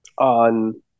on